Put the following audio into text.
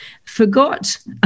forgot